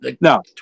No